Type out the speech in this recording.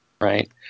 Right